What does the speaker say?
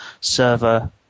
server